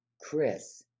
Chris